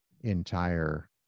entire